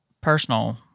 personal